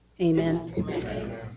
amen